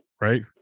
right